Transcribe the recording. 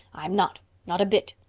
i'm not. not a bit.